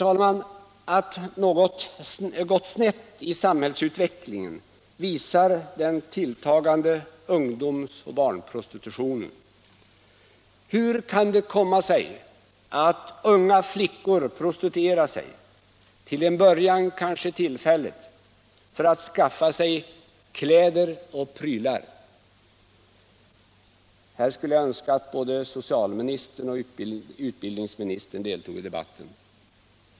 prostitution Att något har gått snett i samhällsutvecklingen visar den tilltagande ungdoms och barnprostitutionen. Hur kan det komma sig att unga flickor prostituerar sig — till en början kanske tillfälligt — för att skaffa sig kläder och prylar? Här skulle jag önska att både socialministern och utbildningsministern deltog i debatten.